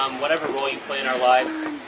um whatever role you play in our lives.